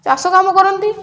ଚାଷ କାମ କରନ୍ତି